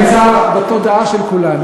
זה נמצא בפרוטוקול הכנסת וזה נמצא בתודעה של כולנו.